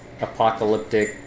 apocalyptic